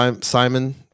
Simon